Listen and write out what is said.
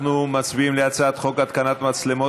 אנחנו מצביעים על הצעת חוק התקנת מצלמות